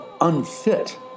unfit